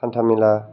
हान्थामेला